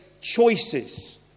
choices